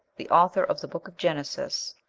the author of the book of genesis,